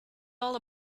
all